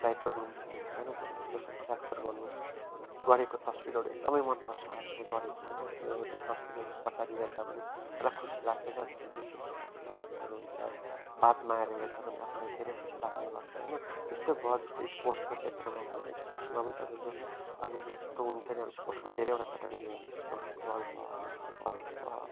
bride र ग्रुमको हुन्छ होइन त्यो एक्सप्रेसन क्याप्चर गर्नु गरेको तस्बिरहरू एकदमै मन पर्छ आफुले गरेको होइन त्यो त्यो तस्बिरहरू पछाडि हेर्दा पनि एउटा खुसी लाग्छ क्या त्यो जुन चाहिँ खिचेको तस्बिरहरू हुन्छ बादमा आएर हेर्दा पनि आफुलाई धेरै खुसी लाग्ने गर्छ होइन त्यस्तै भयो जस्तै स्पोट्सको क्षेत्रमा भयो स्पोट्समा पनि पनि तपाईँको अब जस्तो हुन्छ नि स्पोट्सको धेरैवटा क्याटागोरी हुन्छ जस्तो फुटबल भयो होइन फुटबलहरू भयो